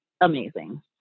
amazing